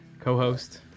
co-host